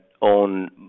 on